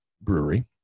brewery